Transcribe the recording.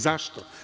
Zašto?